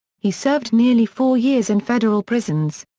he served nearly four years in federal prisons.